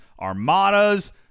armadas